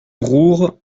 roure